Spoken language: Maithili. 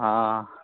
हँ